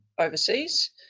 overseas